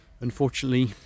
unfortunately